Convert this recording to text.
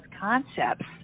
concepts